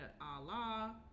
Allah